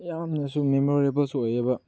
ꯌꯥꯝꯅꯁꯨ ꯃꯦꯃꯣꯔꯦꯜꯕꯜꯁꯨ ꯑꯣꯏꯌꯦꯕ